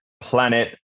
Planet